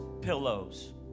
pillows